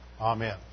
Amen